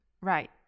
Right